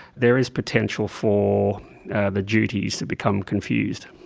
there is potential for the duties to become confused.